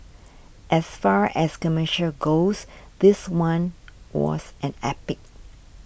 as far as commercials goes this one was an epic